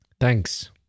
Thanks